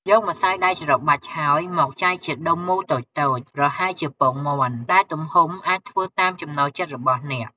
យកម្សៅដែលច្របាច់ហើយ មកចែកជាដុំមូលតូចៗប្រហែលជាពងមាន់ ដែលទំហំអាចធ្វើតាមចំណូលចិត្តរបស់អ្នក។